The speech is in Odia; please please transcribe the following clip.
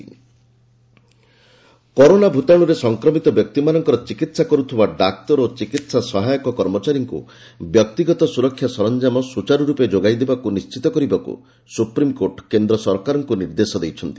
ଏସ୍ସି ସେଣ୍ଟର କରୋନା ଭୂତାଣୁରେ ସଂକ୍ରମିତ ବ୍ୟକ୍ତିମାନଙ୍କର ଚିକିତ୍ସା କରୁଥିବା ଡାକ୍ତର ଓ ଚିକିହା ସହାୟକ କର୍ମଚାରୀମାନଙ୍କୁ ବ୍ୟକ୍ତିଗତ ସୁରକ୍ଷା ସରଞ୍ଜାମ ସୁଚାରୁରୂପେ ଯୋଗାଇ ଦେବାକୁ ନିିିିତ କରିବାକୁ ସୁପ୍ରିମ୍କୋର୍ଟ କେନ୍ଦ୍ର ସରକାରଙ୍କୁ ନିର୍ଦ୍ଦେଶ ଦେଇଛନ୍ତି